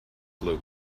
float